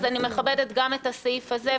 אז אני מכבדת גם את הסעיף הזה,